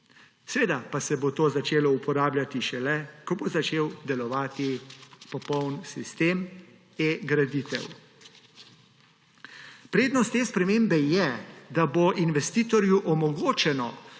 Seveda pa se bo to začelo uporabljati šele, ko bo začel delovati popoln sistem eGraditev. Prednost te spremembe je, da bo investitorju omogočeno